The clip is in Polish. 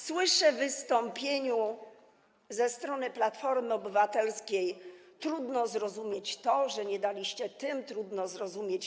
Słyszę w wystąpieniu ze strony Platformy Obywatelskiej: trudno zrozumieć to, że tym nie daliście, trudno to zrozumieć.